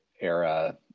era